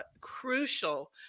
crucial